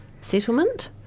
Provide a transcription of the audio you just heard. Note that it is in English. settlement